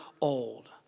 old